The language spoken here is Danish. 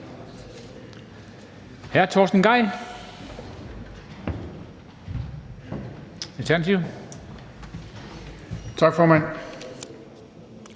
Hr. Torsten Gejl,